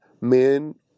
men